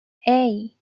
hey